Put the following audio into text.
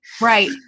Right